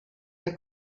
der